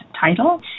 title